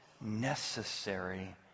necessary